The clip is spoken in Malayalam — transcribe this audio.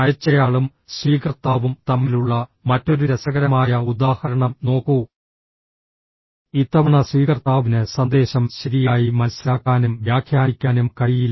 അയച്ചയാളും സ്വീകർത്താവും തമ്മിലുള്ള മറ്റൊരു രസകരമായ ഉദാഹരണം നോക്കൂ ഇത്തവണ സ്വീകർത്താവിന് സന്ദേശം ശരിയായി മനസ്സിലാക്കാനും വ്യാഖ്യാനിക്കാനും കഴിയില്ല